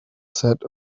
said